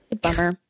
Bummer